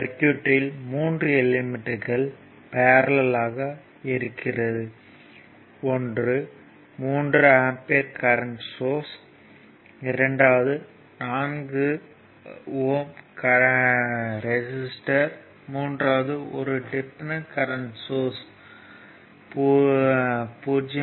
சர்க்யூட்யில் 3 எலிமெண்ட்கள் பேரல்லல் ஆக இருக்கிறது ஒன்று 3 ஆம்பியர் கரண்ட் சோர்ஸ் இரண்டாவது 4 ஓம் ரெசிஸ்டர் மூன்றாவது ஒரு டிபெண்டன்ட் கரண்ட் சோர்ஸ் 0